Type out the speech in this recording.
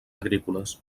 agrícoles